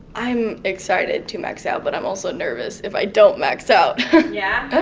i'm excited to max out, but i'm also nervous if i don't max out yeah?